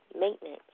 Maintenance